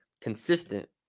consistent